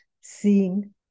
seeing